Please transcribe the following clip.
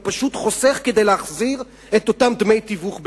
הוא פשוט חוסך כדי להחזיר את אותם דמי תיווך בארצו.